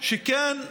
שכן עלינו,